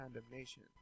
condemnation